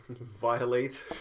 violate